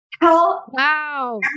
Wow